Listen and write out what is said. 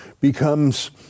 becomes